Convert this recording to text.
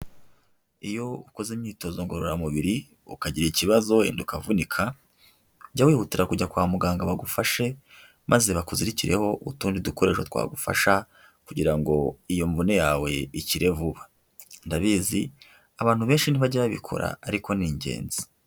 Iyo ukoze imyitozo ngororamubiri, ukagira ikibazo wenda ukavunika, jya wihutira kujya kwa muganga bagufashe, maze bakuzirikireho utundi dukoresho twagufasha kugira ngo iyo mbonene yawe ikire vuba. Ndabizi, abantu benshi ntibajya babikora ariko ni ingenzi.